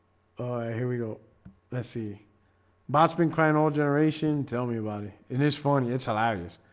here we go let's see bart's been crying all generation tell me about it in this phone. it's hilarious